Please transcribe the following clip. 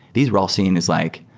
these were all seen as like,